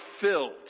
filled